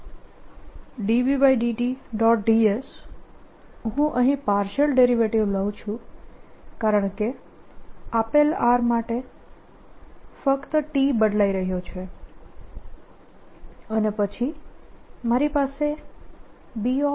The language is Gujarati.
ds હું અહીં પાર્શિયલ ડેરિવેટીવ લઉં છું કારણકે આપેલ r માટે ફક્ત t બદલાઇ રહ્યો છે અને પછી મારી પાસે B ddt